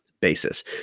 basis